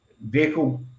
vehicle